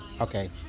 okay